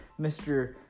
Mr